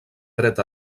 dret